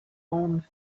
own